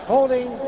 Holding